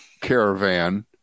caravan